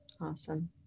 Awesome